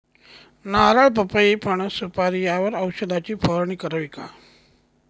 नारळ, पपई, फणस, सुपारी यावर औषधाची फवारणी करावी का?